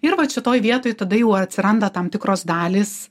ir vat šitoj vietoj tada jau atsiranda tam tikros dalys